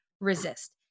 resist